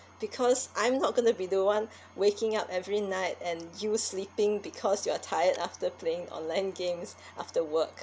because I'm not gonna be the one waking up every night and you sleeping because you're tired after playing online games after work